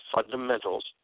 fundamentals